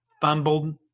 fumbled